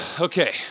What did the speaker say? okay